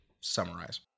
summarize